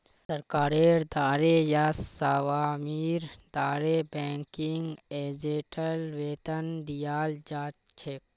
सरकारेर द्वारे या स्वामीर द्वारे बैंकिंग एजेंटक वेतन दियाल जा छेक